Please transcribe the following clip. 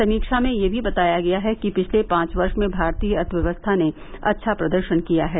समीक्षा में यह भी बताया गया है कि पिछले पांच वर्ष में भारतीय अर्थव्यवस्था ने अच्छा प्रदर्शन किया है